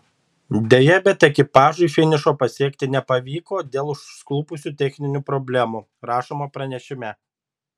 deja bet ekipažui finišo pasiekti nepavyko dėl užklupusių techninių problemų rašoma pranešime